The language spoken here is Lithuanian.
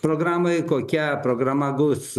programoj kokia programa bus